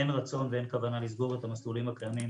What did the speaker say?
אין רצון ואין כוונה לסגור את המסלולים הקיימים.